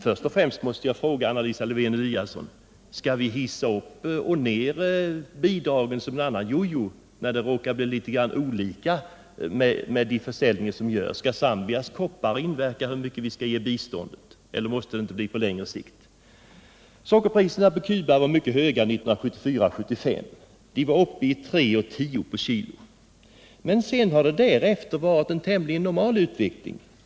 Först måste jag då fråga Anna Lisa Lewén Eliasson om hon anser att vi skall hissa bidragen upp och ned som en jojo i takt med växlingarna av produkter som landet säljer. Skall biståndet till Zambia påverkas av landets kopparförsäljning? Måste man inte se bidragen på längre sikt? Sockerpriserna i Cuba var mycket höga 1974 och 1975. De var då uppe i 310 öre per kg. Därefter har det emellertid varit en tämligen normal utveckling.